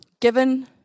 given